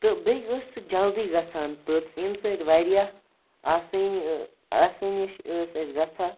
تہٕ بیٚیہِ ٲس سۄ جلدی گژھان تٔژ ییٚمہِ سۭتۍ واریاہ آسٲنی آسٲنی چھِ ٲسۍ اسہِ گژھان